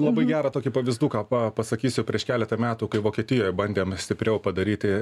labai gerą tokį pavyzduką pa pasakysiu prieš keletą metų kai vokietijoj bandėm stipriau padaryti